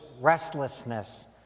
restlessness